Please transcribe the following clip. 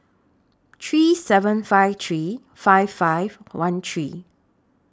three seven five three five five one three